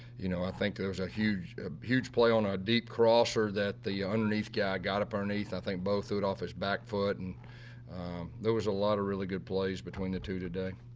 you know, i think there was a huge, huge play on ah a deep crosser that the underneath guy got up underneath i think bo threw it off his backfoot. and there was a lot of really good plays between the two today.